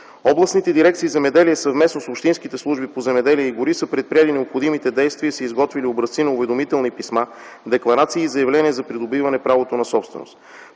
Областните дирекции „Земеделие” съвместно с общинските служби по земеделие и гори са предприели необходимите действия и са изготвили образци на уведомителни писма, декларации и заявления за придобиване правото на собственост.